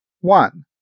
One